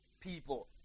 people